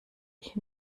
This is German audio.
ich